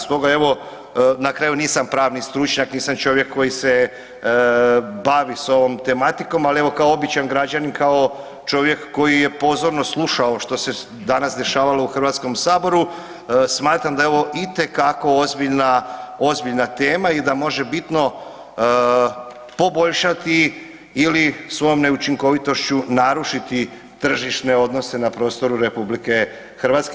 Stoga evo na kraju nisam pravni stručnjak, nisam čovjek koji se bavi sa ovim tematikom, ali evo kao običan građanin, kao čovjek koji je pozorno slušao što se danas dešavalo u Hrvatskom saboru smatram da je ovo itekako ozbiljna tema i da može bitno poboljšati ili svojom neučinkovitošću narušiti tržišne odnose na prostoru Republike Hrvatske.